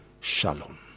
Shalom